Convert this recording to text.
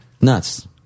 Nuts